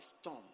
storm